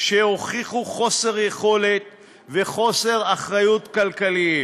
שהוכיחו חוסר יכולת וחוסר אחריות כלכליים.